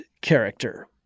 Character